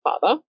father